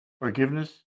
forgiveness